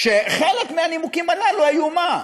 שחלק מהנימוקים הללו היו, מה?